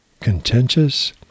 contentious